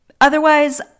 Otherwise